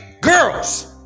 girls